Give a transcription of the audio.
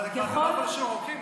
אבל זה כבר כמה חודשים ארוכים.